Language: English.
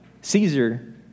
Caesar